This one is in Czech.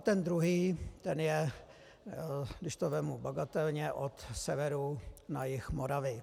Ten druhý, ten je, když to vezmu bagatelně, od severu na jih Moravy.